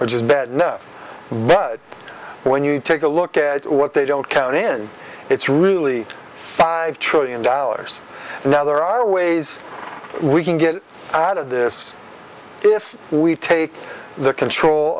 which is that no one when you take a look at what they don't count in it's really trillion dollars now there are ways we can get out of this if we take the control